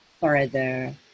further